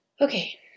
Okay